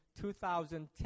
2010